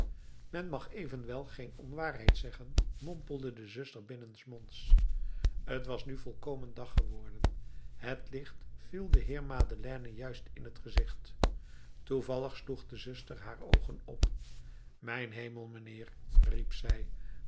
men mag evenwel geen onwaarheid zeggen mompelde de zuster binnensmonds t was nu volkomen dag geworden het licht viel den heer madeleine juist in t gezicht toevallig sloeg de zuster haar oogen op mijn hemel mijnheer riep zij